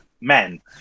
men